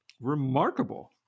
remarkable